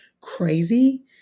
crazy